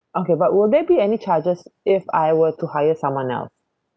okay but will there be any charges if I were to hire someone else